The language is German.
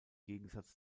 gegensatz